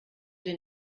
den